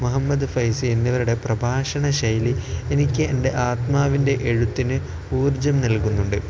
മുഹമ്മദ് ഫൈസി എന്നിവരുടെ പ്രഭാഷണ ശൈലി എനിക്ക് എൻ്റെ ആത്മാവിൻ്റെ എഴുത്തിന് ഊർജം നല്കുന്നുണ്ട്